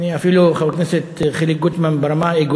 אפילו, חבר הכנסת חיליק בר,